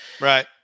Right